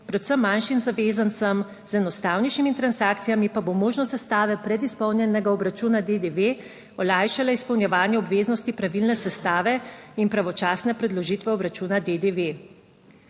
predvsem manjšim zavezancem z enostavnejšimi transakcijami pa bo možnost sestave predizpolnjenega obračuna DDV olajšala izpolnjevanje obveznosti pravilne sestave in pravočasne predložitve obračuna DDV.